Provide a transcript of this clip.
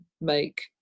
make